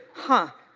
huh,